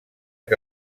que